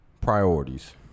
priorities